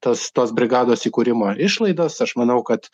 tas tos brigados įkūrimo išlaidas aš manau kad